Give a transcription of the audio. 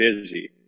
busy